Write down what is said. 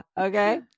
Okay